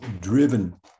driven